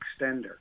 extender